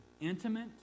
intimate